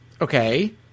Okay